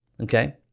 okay